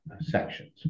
sections